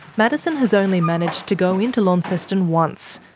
madison has only managed to go into launceston once,